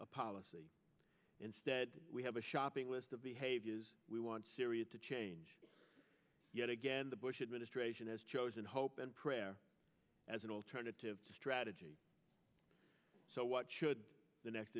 a policy instead we have a shopping list of behaviors we want syria to change yet again the bush administration has chosen hope and prayer as an alternative strategy so what should the next